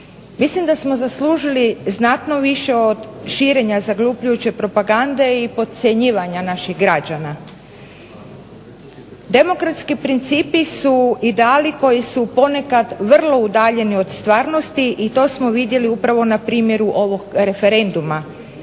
Mislim da smo zaslužili znatno više od širenja zaglupljujuće propagande i podcjenjivanja naših građana. Demokratski principi su ideali koji su ponekad vrlo udaljeni od stvarnosti i to smo vidjeli upravo na primjeru ovog referenduma